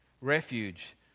refuge